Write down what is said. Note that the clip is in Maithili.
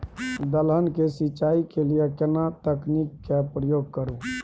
दलहन के सिंचाई के लिए केना तकनीक के प्रयोग करू?